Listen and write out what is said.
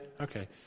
okay